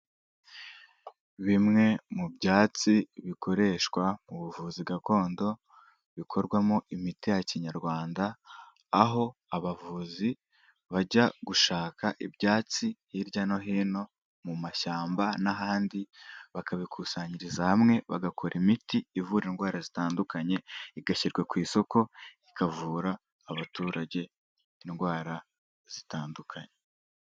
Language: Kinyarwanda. Bimwe mu byatsi bikoreshwa mu buvuzi gakondo bikorwamo imiti ya Kinyarwanda aho abavuzi bajya gushaka ibyatsi hirya no hino mu mashyamba n'ahandi bakabikusanyiriza hamwe bagakora imiti ivura indwara zitandukanye, igashyirwa ku isoko ikavura abaturage indwara zitandukanye.